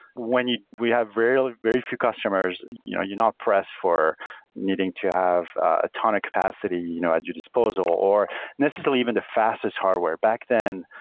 when we have very very few customers, you know you're not pressed for needing to have a ton of capacity you know at your disposal or necessarily even the fastest hardware. back then,